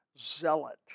zealot